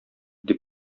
дип